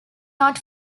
not